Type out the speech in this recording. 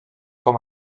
com